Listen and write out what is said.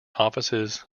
offices